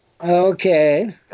Okay